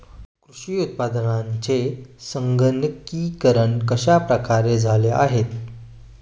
कृषी उत्पादनांचे संगणकीकरण कश्या प्रकारे झाले आहे?